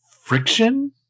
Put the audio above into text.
Friction